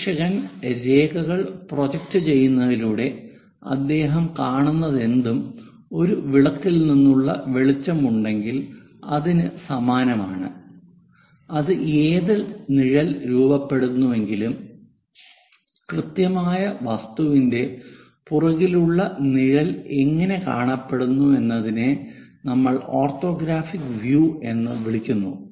നിരീക്ഷകൻ രേഖകൾ പ്രൊജക്റ്റുചെയ്യുന്നതിലൂടെ അദ്ദേഹം കാണുന്നതെന്തും ഒരു വിളക്കിൽ നിന്നുള്ള വെളിച്ചം ഉണ്ടെങ്കിൽ അതിനു സമാനമാണ് അത് ഏത് നിഴൽ രൂപപ്പെടുത്തുന്നുവെങ്കിലും കൃത്യമായി വസ്തുവിന്റെ പുറകിലുള്ള നിഴൽ എങ്ങനെ കാണപ്പെടുന്നുവെന്നതിനെ നമ്മൾ ഓർത്തോഗ്രാഫിക് വ്യൂ എന്ന് വിളിക്കുന്നു